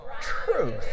truth